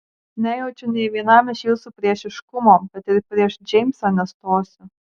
nejaučiu nė vienam iš jūsų priešiškumo bet ir prieš džeimsą nestosiu